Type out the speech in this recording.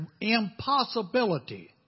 impossibility